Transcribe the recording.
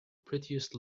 prettiest